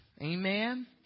Amen